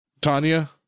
Tanya